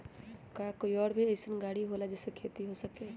का कोई और भी अइसन और गाड़ी होला जे से खेती हो सके?